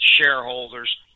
shareholders